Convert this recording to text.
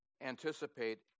anticipate